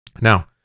Now